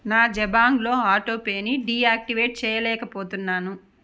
నా జబాంగ్లో ఆటోపేని డియాక్టివేట్ చేయలేకపోతున్నాను